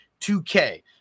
2K